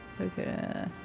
Okay